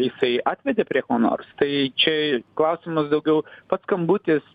jisai atvedė prie ko nors tai čia klausimas daugiau pats skambutis